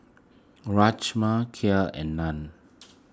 Rajma Kheer and Naan